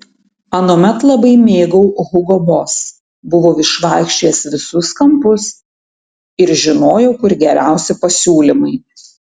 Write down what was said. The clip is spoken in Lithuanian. anuomet labai mėgau hugo boss buvau išvaikščiojęs visus kampus ir žinojau kur geriausi pasiūlymai